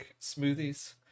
smoothies